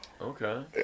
Okay